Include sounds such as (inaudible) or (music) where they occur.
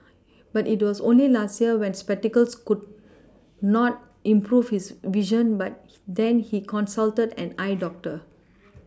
(noise) but it was only last year when spectacles could not improve his vision but (noise) then he consulted an eye doctor